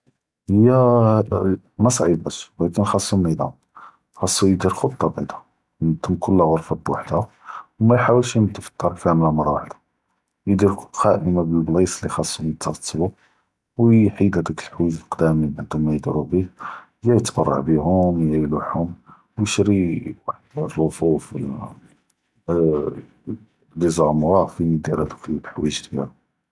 واهיא ב מציעיבאש לאכן נזאם, ח’סם יידיר ח’טה בעדה, ינת’זם כל ג’ורה בחדה ו מיח’תאלש ינטף תאר כמלה, מרה ואחד יידיר קאל לבלאיס לי ח’סומ ייתרטבו ו יחיד האדוק אלחואיג’ אלקדאם לי מענדו מא יידירו ביה, יא יתברע ביהם יא ילוחום ו ישרי ל’רופוף ולא ליזאמווג פין יידיר האדוק אלחואיג’ תע’ו.